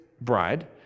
bride